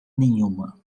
nenhuma